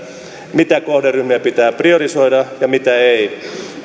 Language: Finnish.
mitä kohderyhmiä pitää priorisoida ja mitä ei